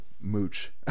mooch